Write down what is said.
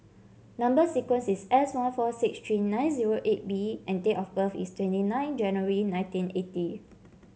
number sequence is S one four six three nine zero eight B and date of birth is twenty nine January nineteen eighty